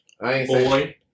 Boy